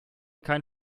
kein